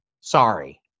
Sorry